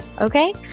Okay